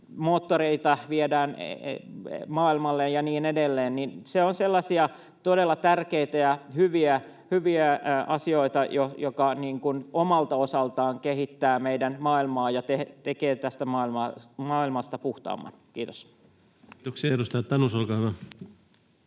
moottoreita maailmalle ja niin edelleen. Ne ovat sellaisia todella tärkeitä ja hyviä asioita, jotka omalta osaltaan kehittävät meidän maailmaa ja tekevät tästä maailmasta puhtaamman. — Kiitos. [Speech 85] Speaker: